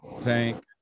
Tank